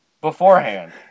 beforehand